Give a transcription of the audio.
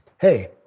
hey